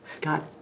God